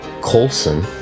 Colson